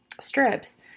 strips